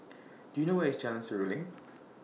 Do YOU know Where IS Jalan Seruling